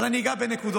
אבל אני אגע בנקודות.